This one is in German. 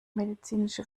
medizinische